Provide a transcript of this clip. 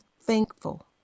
thankful